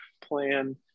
plan